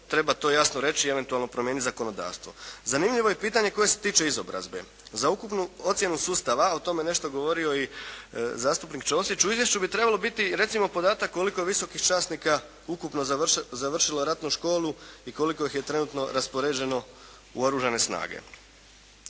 treba to jasno reći i eventualno promijeniti zakonodavstvo. Zanimljivo je i pitanje koje se tiče izobrazbe. Za ukupnu ocjenu sustava, o tome je nešto govorio i zastupnik Ćosić, u izvješću bi trebalo biti, recimo podatak koliko je visokih časnika ukupno završilo ratnu školu i koliko ih je trenutno raspoređeno u oružane snage.